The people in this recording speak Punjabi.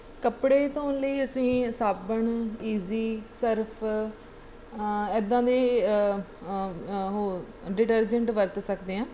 ਕੱਪੜੇ ਧੋਣ ਲਈ ਅਸੀਂ ਸਾਬਣ ਈਜ਼ੀ ਸਰਫ ਇੱਦਾਂ ਦੇ ਉਹ ਡਿਟਰਜੈਂਟ ਵਰਤ ਸਕਦੇ ਹਾਂ